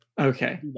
Okay